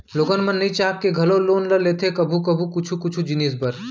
लोगन मन नइ चाह के घलौ लोन ल लेथे कभू कभू कुछु कुछु जिनिस बर